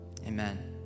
Amen